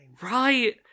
Right